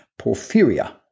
Porphyria